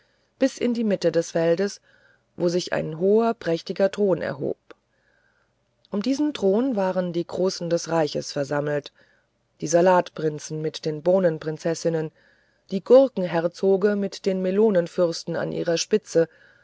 bis in die mitte des feldes wo sich ein hoher prächtiger thron erhob um diesen thron waren die großen des reichs versammelt die salatprinzen mit den bohnenprinzessinnen die gurkenherzoge mit dem melonenfürsten an ihrer spitze